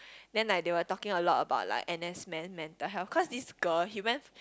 then like they were talking a lot about like N_S man mental health because this girl he went